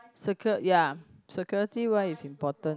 secur~ ya security wise is important